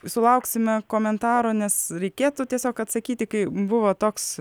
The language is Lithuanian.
sulauksime komentaro nes reikėtų tiesiog atsakyti kai buvo toks